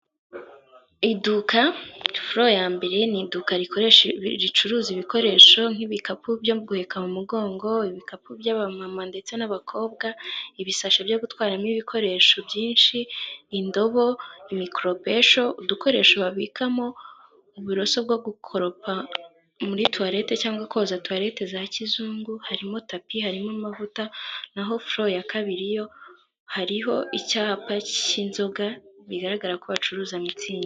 Iduka foro ya mbere ni iduka rikoresha ricuruza ibikoresho: nk'ibikapu byo guheka mu mugongo, ibikapu by'aba mama ndetse n'abakobwa ,ibisashi byo gutwaramo ibikoresho byinshi:indobo, imikoropesho udukoresho babikamo uburoso bwo gukoropa muri tuwalete ,cyangwa koza tuwalete za kizungu ,harimo tapi, harimo amavuta ,naho foro ya kabiri yo hariho icyapa cy'inzoga bigaragara ko bacuruza Mitsingi.